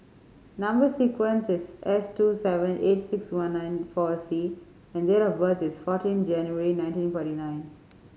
number sequence is S two seven eight six one nine four C and date of birth is fourteen January nineteen forty nine